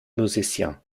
musicien